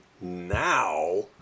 now